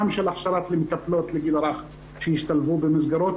של הכשרת מטפלות לגיל הרך שישתלבו במסגרות,